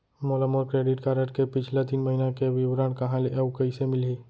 मोला मोर credit card के पिछला तीन महीना के विवरण कहाँ ले अऊ कइसे मिलही?